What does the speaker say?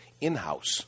in-house